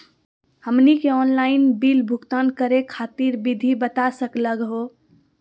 हमनी के online bill भुगतान करे खातीर विधि बता सकलघ हो?